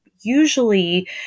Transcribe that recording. usually